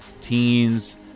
teens